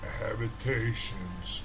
habitations